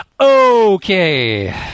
Okay